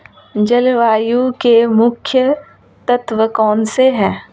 जलवायु के मुख्य तत्व कौनसे हैं?